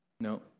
No